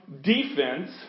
defense